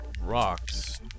rocks